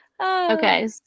Okay